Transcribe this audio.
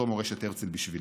זו מורשת הרצל בשבילי.